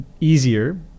easier